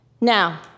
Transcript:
Now